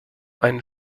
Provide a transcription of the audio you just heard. einen